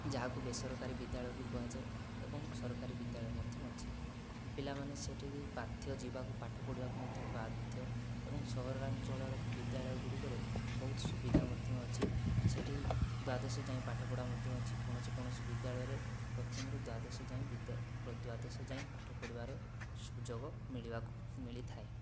ଯାହାକୁ ବେସରକାରୀ ବିଦ୍ୟାଳୟ ବି କୁହାଯାଏ ଏବଂ ସରକାରୀ ବିଦ୍ୟାଳୟ ମଧ୍ୟ ଅଛି ପିଲାମାନେ ସେ'ଠାକୁ ବାଧ୍ୟ ଯିବାକୁ ପାଠ ପଢ଼ିବାକୁ ମଧ୍ୟ ବାଧ୍ୟ ଏବଂ ସହରାଞ୍ଚଳର ବିଦ୍ୟାଳୟଗୁଡ଼ିକରେ ବହୁତ ସୁବିଧା ମଧ୍ୟ ଅଛି ସେ'ଠି ଦ୍ୱାଦଶ ଯାଏଁ ପାଠ ପଢ଼ା ମଧ୍ୟ ଅଛି କୌଣସି କୌଣସି ବିଦ୍ୟାଳୟରେ ପ୍ରଥମରୁ ଦ୍ୱାଦଶ ଯାଏଁ ଦ୍ୱାଦଶ ଯାଏଁ ପାଠ ପଢ଼ିବାର ସୁଯୋଗ ମିଳିବାକୁ ମିଳିଥାଏ